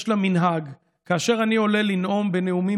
יש לה מנהג: כאשר אני עולה לנאום בנאומים